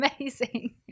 amazing